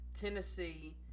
Tennessee